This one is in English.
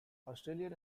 australian